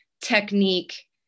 technique